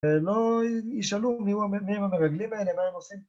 ‫לא ישאלו מי הם המרגלים האלה, ‫מה הם עושים?